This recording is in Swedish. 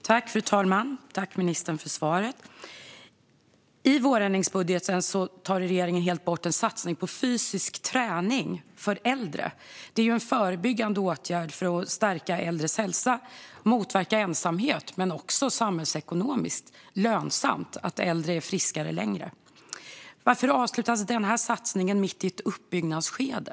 Fru talman! Tack, ministern för svaret! I vårändringsbudgeten tar regeringen helt bort en satsning på fysisk träning för äldre. Det är ju en förebyggande åtgärd för att stärka äldres hälsa och motverka ensamhet, men det är också samhällsekonomiskt lönsamt att äldre är friskare längre. Varför avslutas denna satsning mitt i ett uppbyggnadsskede?